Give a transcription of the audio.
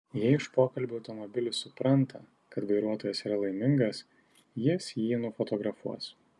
jei iš pokalbio automobilis supranta kad vairuotojas yra laimingas jis jį nufotografuos